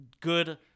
good